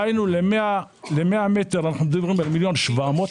דהיינו ל-100 מטר אנחנו מדברים על 1.7 מיליון.